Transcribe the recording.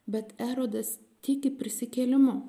bet erodas tiki prisikėlimu